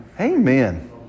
Amen